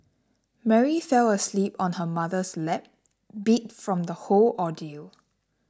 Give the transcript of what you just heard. Mary fell asleep on her mother's lap beat from the whole ordeal